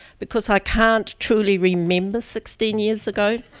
because i can't truly remember sixteen years ago.